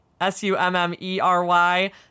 S-U-M-M-E-R-Y